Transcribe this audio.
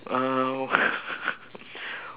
um